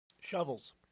Shovels